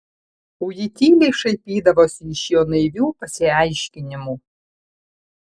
o ji tyliai šaipydavosi iš jo naivių pasiaiškinimų